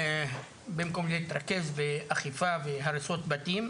במקום להתרכז באכיפה והריסות בתים,